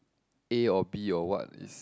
A or B or what is